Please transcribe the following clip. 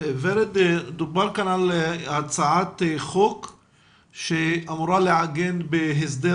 דובר כאן על הצעת חוק שאמורה לעגן בהסדר